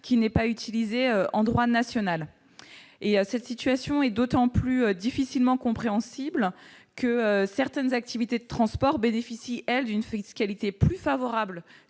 qui n'est pas utilisée en droit national. Cette situation est d'autant plus difficilement compréhensible que certaines activités de transport bénéficient, elles, d'une fiscalité plus favorable